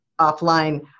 offline